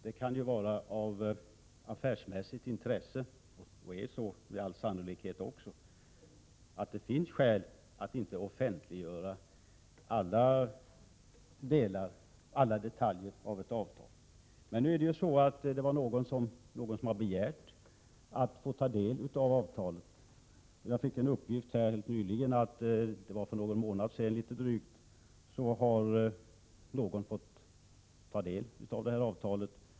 Det är med all sannolikhet av affärsmässigt intresse som det finns skäl att inte offentliggöra alla detaljer i ett avtal. En person hade begärt att få ta del av detta avtal, och för drygt någon månad sedan gavs det tillåtelse till det.